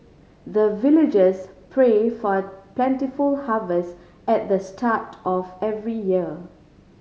the villagers pray for plentiful harvest at the start of every year